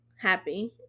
happy